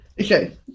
okay